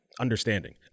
understanding